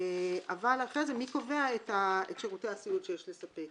אחרי זה צריך לקבוע מי קובע את שירותי הסיעוד שיש לספק.